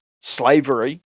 slavery